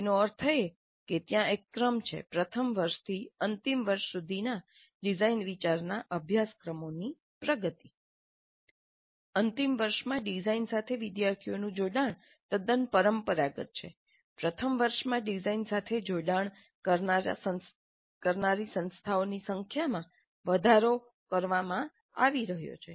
તેનો અર્થ એ કે ત્યાં એક ક્રમ છે પ્રથમ વર્ષથી અંતિમ વર્ષ સુધીના ડિઝાઇન વિચારના અભ્યાસક્રમોની પ્રગતિ અંતિમ વર્ષમાં ડિઝાઇન સાથે વિદ્યાર્થીઓનું જોડાણ તદ્દન પરંપરાગત છે પ્રથમ વર્ષમાં ડિઝાઇન સાથે જોડાણ કરનારા સંસ્થાઓની સંખ્યામાં વધારો કરવામાં આવી રહ્યો છે